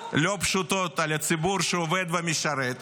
לא פשוטות על הציבור שעובד ומשרת,